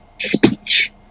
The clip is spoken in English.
speech